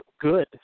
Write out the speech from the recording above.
good